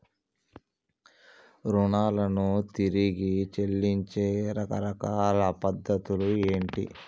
రుణాలను తిరిగి చెల్లించే రకరకాల పద్ధతులు ఏంటి?